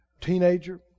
teenager